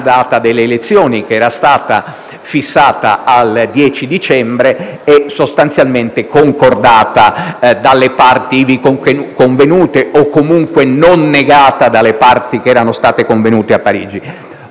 data delle elezioni, che era stata fissata al 10 dicembre e sostanzialmente concordata, o comunque non negata, dalle parti che erano state convenute a Parigi.